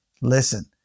listen